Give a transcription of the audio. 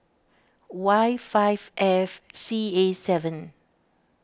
Y five F C A seven